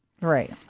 Right